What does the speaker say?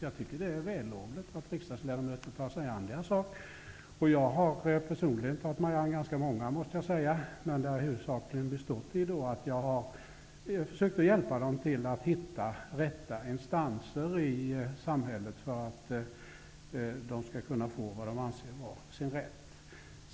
Jag tycker att det är vällovligt att riksdagsledamöter tar sig an deras sak. Jag har personligen tagit mig an ganska många, måste jag säga, men det har huvudsakligen bestått i att jag har försökt hjälpa dem till att hitta rätta instanser i samhället, för att de skall kunna få vad de anser vara sin rätt.